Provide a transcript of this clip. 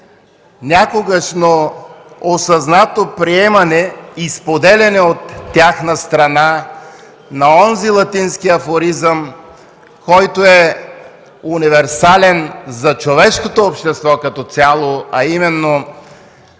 някогашно осъзнато приемане и споделяне от тяхна страна на онзи латински афоризъм, който е универсален за човешкото общество като цяло, а именно